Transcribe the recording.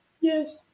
Yes